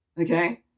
Okay